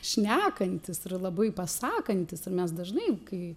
šnekantys ir labai pasakantys ir mes dažnai kai